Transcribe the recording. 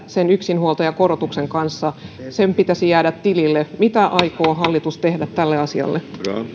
sen yksinhuoltajakorotuksen pitäisi jäädä tilille mitä aikoo hallitus tehdä tälle asialle